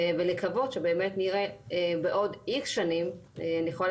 ולקוות שנראה בעוד X שנים אני יכולה